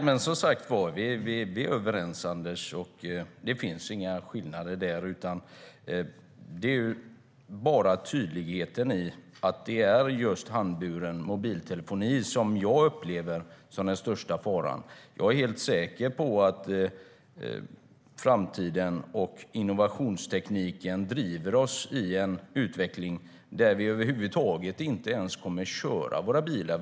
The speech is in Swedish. Herr talman! Vi är överens, Anders. Det finns inga skillnader där. Jag vill bara vara tydlig med att det är just handburen mobiltelefoni som jag upplever som den största faran. Jag är säker på att framtiden och innovationstekniken driver oss i en utveckling där vi inte ens behöver köra våra bilar.